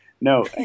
No